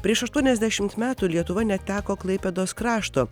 prieš aštuoniasdešimt metų lietuva neteko klaipėdos krašto